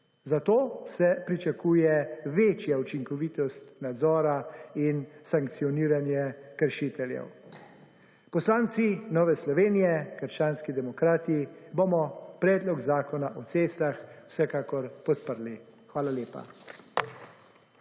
Zato se pričakuje večja učinkovitost nadzora in sankcioniranje kršiteljev. Poslanci Nove Slovenije – krščanski demokrati bomo Predloga zakona o cestah vsekakor podprli. Hvala lepa.